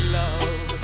love